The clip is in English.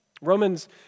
Romans